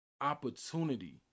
opportunity